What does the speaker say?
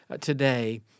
today